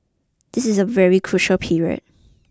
this is a very crucial period